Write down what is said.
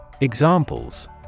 Examples